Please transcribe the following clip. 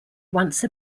once